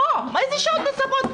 לא, איזה שעות נוספות?